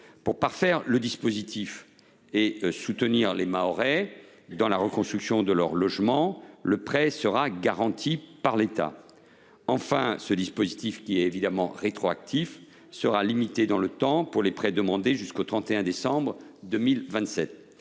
de parfaire le dispositif et de soutenir les Mahorais dans la reconstruction de leur logement, le prêt sera garanti par l’État. Enfin, ce dispositif rétroactif sera limité dans le temps et s’appliquera aux prêts demandés jusqu’au 31 décembre 2027.